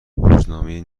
روزنامه